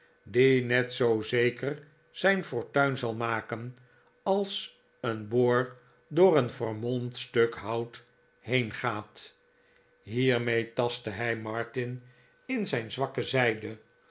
die net zoo zeker zijn fortuin zal maken als een boor door een vermolmd stuk hout heen gaat hiermee tastte hij martin in zijn zwakke zijde